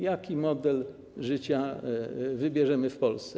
Jaki model życia wybierzemy w Polsce?